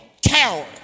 tower